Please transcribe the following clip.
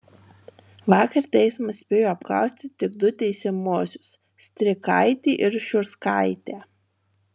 vakar teismas spėjo apklausti tik du teisiamuosius strikaitį ir šiurskaitę